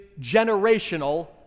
generational